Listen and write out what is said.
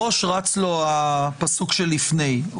בראש רץ לו הפסוק שלפני כן.